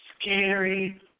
scary